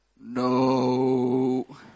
no